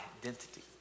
identity